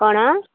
କ'ଣ